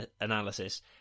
analysis